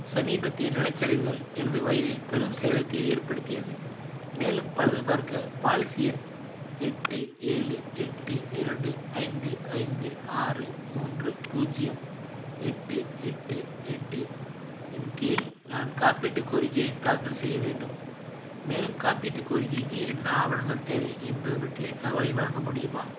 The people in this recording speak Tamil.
சமீபத்திய நிலச்சரிவுகள் எனது வயலில் பெரும் சேதத்தை ஏற்படுத்தியது மேலும் பழுது பார்க்க பாலிசி எண் எட்டு ஏழு எட்டு இரண்டு ஐந்து ஐந்து ஆறு மூன்று பூஜ்ஜியம் எட்டு எட்டு எட்டு இன் கீழ் நான் காப்பீட்டு கோரிக்கையை தாக்கல் செய்ய வேண்டும் மேலும் காப்பீட்டு கோரிக்கைக்கு என்ன ஆவணங்கள் தேவை என்பது பற்றிய தகவலை வழங்க முடியுமா